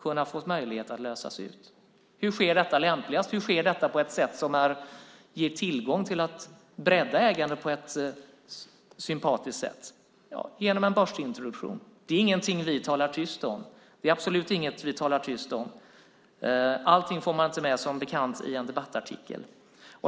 kunna få möjlighet att lösas ut. Hur sker detta lämpligast? Hur sker detta på ett sätt som ger tillgång till ett breddande av ägandet på ett sympatiskt sätt? Jo, genom en börsintroduktion. Det är absolut inget som vi talar tyst om. Allt får man som bekant inte med i en debattartikel.